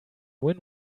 win